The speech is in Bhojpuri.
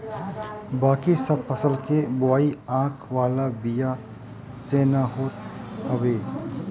बाकी सब फसल के बोआई आँख वाला बिया से ना होत हवे